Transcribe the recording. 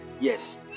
Yes